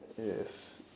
yes